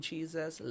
Jesus